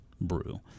brew